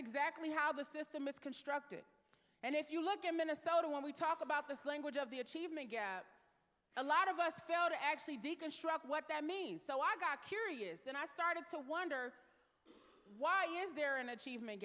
exactly how the system is constructed and if you look at minnesota when we talk about this language of the achievement gap a lot of us fail to actually deconstruct what that means so i got curious and i started to wonder why is there an achievement